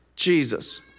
Jesus